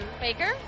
Baker